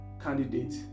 candidate